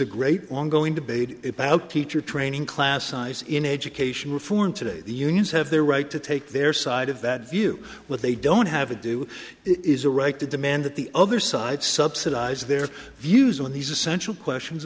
ongoing debate about teacher training class size in education reform today the unions have their right to take their side of that view what they don't have a do is a right to demand that the other side subsidize their views on these essential questions